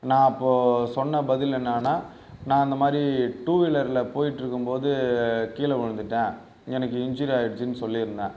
நான் அப்போ சொன்ன பதில் என்னென்னா நான் இந்தமாதிரி டூவீலரில் போயிட்ருக்கும் போது கீழே விழுந்துட்டேன் எனக்கு இன்ஜுரி ஆயிடுச்சுன்னு சொல்லியிருந்தேன்